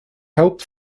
helped